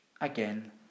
again